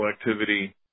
Activity